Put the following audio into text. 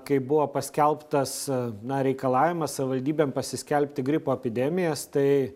kai buvo paskelbtas na reikalavimas savivaldybėm pasiskelbti gripo epidemijas tai